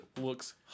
looks